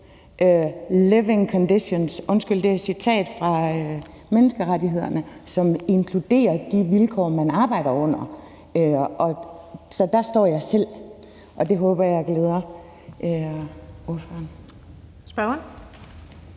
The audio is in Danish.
living conditions – undskyld, det er citat fra menneskerettighederne – som inkluderer de vilkår, man arbejder under. Så der står jeg selv. Og det håber jeg glæder fru